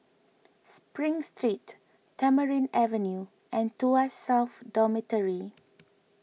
Spring Street Tamarind Avenue and Tuas South Dormitory